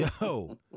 yo